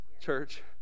church